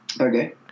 Okay